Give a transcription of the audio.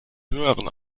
höheren